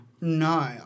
No